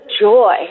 joy